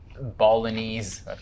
Balinese